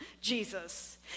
Jesus